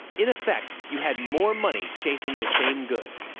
in effect, you had more money chasing the same goods.